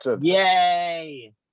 Yay